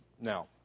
now